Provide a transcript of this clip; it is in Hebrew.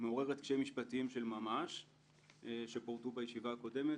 מעוררת קשיים משפטיים של ממש שפורטו בישיבה הקודמת,